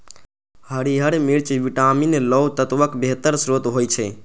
हरियर मिर्च विटामिन, लौह तत्वक बेहतर स्रोत होइ छै